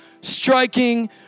striking